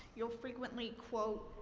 you'll frequently quote